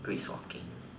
brisk walking